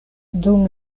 dum